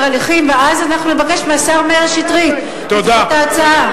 הליכים ואז אנחנו נבקש ממאיר שטרית לדחות את ההצעה?